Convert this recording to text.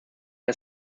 are